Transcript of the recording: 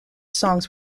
songs